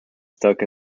stuck